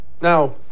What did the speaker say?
now